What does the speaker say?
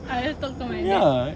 I just talk to my dad